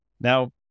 Now